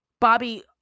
bobby